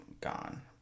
gone